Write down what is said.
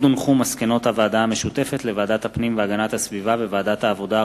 מסקנות הוועדה המשותפת לוועדת הפנים והגנת הסביבה ולוועדת העבודה,